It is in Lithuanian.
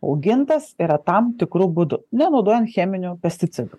augintas yra tam tikru būdu nenaudojant cheminių pesticidų